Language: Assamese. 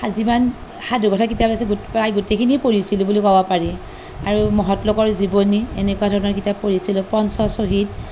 যিমান সাধুকথাৰ কিতাপ আছে প্ৰায় গোটেইখিনি পঢ়িছিলো বুলি ক'ব পাৰি আৰু মহৎলোকৰ জীৱনী এনেকুৱা ধৰণৰ কিতাপ পঢ়িছিলোঁ পঞ্চ শ্বহীদ